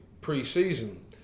pre-season